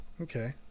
Okay